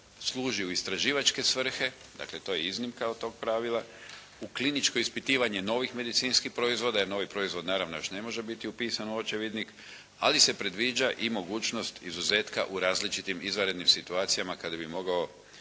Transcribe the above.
služi u istraživačke svrhe. Dakle to je iznimka od tog pravila. U kliničko ispitivanje novih medicinskih proizvoda, jer novi proizvod, naravno još ne može upisan u očevidnik, ali se predviđa i mogućnost izuzetka u različitim izvanrednim situacijama kada bi mogla